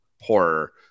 horror